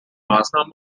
maßnahmen